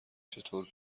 چطور